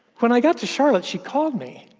when i got to charlotte, she called me.